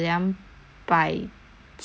七十五一个三百